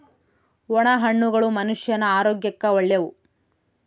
ಒಣ ಹಣ್ಣುಗಳು ಮನುಷ್ಯನ ಆರೋಗ್ಯಕ್ಕ ಒಳ್ಳೆವು